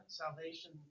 salvation